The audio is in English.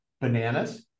bananas